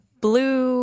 Blue